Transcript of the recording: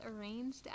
arranged